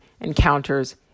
encounters